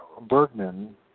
Bergman